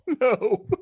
no